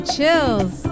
chills